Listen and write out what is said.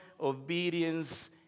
obedience